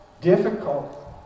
difficult